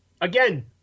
Again